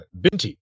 Binti